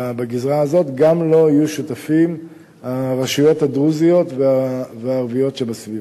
וגם לו יהיו שותפות הרשויות הדרוזיות והערביות שבסביבה.